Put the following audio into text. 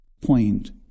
point